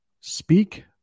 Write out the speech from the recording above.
speak